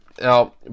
now